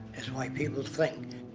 is why people think.